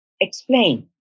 Explain